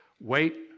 Wait